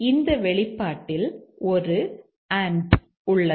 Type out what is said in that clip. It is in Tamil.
இந்த வெளிப்பாட்டில் இங்கே ஒரு உள்ளது